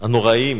הנוראיים